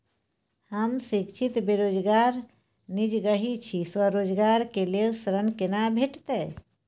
हम शिक्षित बेरोजगार निजगही छी, स्वरोजगार के लेल ऋण केना भेटतै?